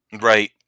Right